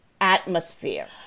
atmosphere